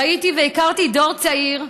ראיתי והכרתי דור צעיר,